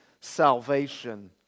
salvation